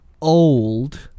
old